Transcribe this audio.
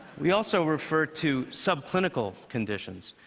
we also refer to subclinical conditions.